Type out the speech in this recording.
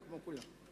כמו כולם.